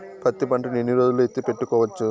పత్తి పంటను ఎన్ని రోజులు ఎత్తి పెట్టుకోవచ్చు?